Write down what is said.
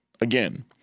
Again